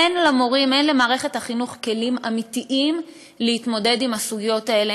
אין למורים ואין למערכת החינוך כלים אמיתיים להתמודד עם הסוגיות האלה,